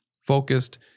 focused